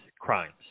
crimes